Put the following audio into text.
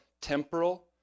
temporal